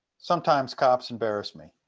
sometimes cops embarrass me.